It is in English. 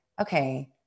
okay